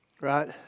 right